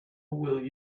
will